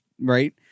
Right